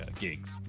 gigs